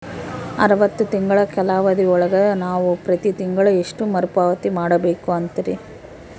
ಅರವತ್ತು ತಿಂಗಳ ಕಾಲಾವಧಿ ಒಳಗ ನಾವು ಪ್ರತಿ ತಿಂಗಳು ಎಷ್ಟು ಮರುಪಾವತಿ ಮಾಡಬೇಕು ಅಂತೇರಿ?